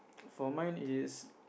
for mine is